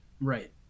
Right